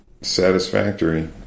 satisfactory